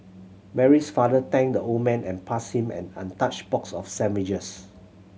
Mary's father thanked the old man and passed him an untouched box of sandwiches